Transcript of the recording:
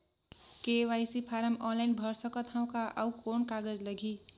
KYC form online भर सकत हवं का? अउ कौन कागज लगही?